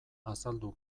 azaldu